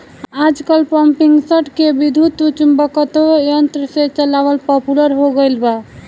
आजकल पम्पींगसेट के विद्युत्चुम्बकत्व यंत्र से चलावल पॉपुलर हो गईल बा